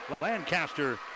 Lancaster